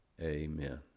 Amen